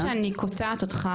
סליחה שאני קוטעת אותך,